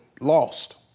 lost